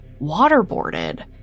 waterboarded